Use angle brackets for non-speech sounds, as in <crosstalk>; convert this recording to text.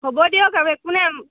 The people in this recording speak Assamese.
হ'ব দিয়ক আৰু <unintelligible>